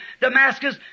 Damascus